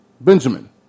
Benjamin